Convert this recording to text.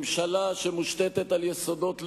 ממשלה שמושתתת על יסודות לאומיים,